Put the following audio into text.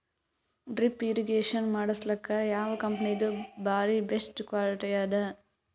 Drip irrigation ಮಾಡಸಲಕ್ಕ ಯಾವ ಕಂಪನಿದು ಬಾರಿ ಬೆಸ್ಟ್ ಕ್ವಾಲಿಟಿ ಅದ?